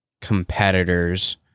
competitors